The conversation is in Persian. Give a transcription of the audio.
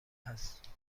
هست